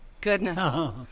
Goodness